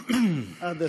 לרשותך.